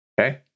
okay